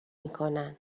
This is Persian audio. میکنن